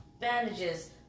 bandages